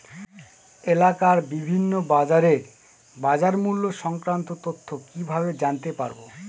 এলাকার বিভিন্ন বাজারের বাজারমূল্য সংক্রান্ত তথ্য কিভাবে জানতে পারব?